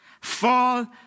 Fall